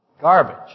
garbage